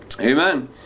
Amen